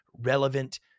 relevant